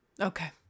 okay